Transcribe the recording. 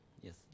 Yes